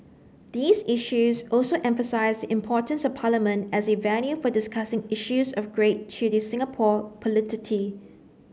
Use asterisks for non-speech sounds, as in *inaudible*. these issues also emphasise the importance of Parliament as a venue for discussing issues of great to the Singapore *unintelligible*